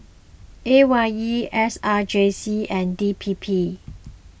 A Y E S R J C and D P P